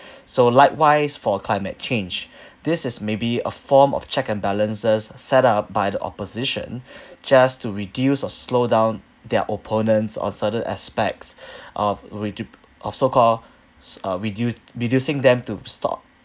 so likewise for climate change this is maybe a form of check and balances set up by the opposition just to reduce or slow down their opponents on certain aspects of redu~ of so-called s~ uh redu~ reducing them to stop